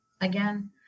again